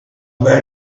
about